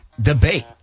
debate